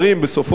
אתה פה כרגע.